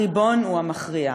הריבון הוא המכריע,